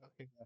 okay